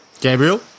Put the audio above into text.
Gabriel